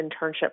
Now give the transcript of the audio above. Internship